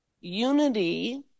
Unity